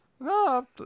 No